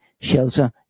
shelter